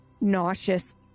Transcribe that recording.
nauseous